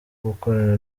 gukorana